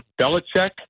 Belichick